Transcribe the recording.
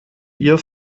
ihr